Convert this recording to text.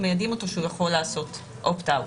ומיידעים אותו שהוא יכול לעשות Opt-out.